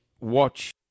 watch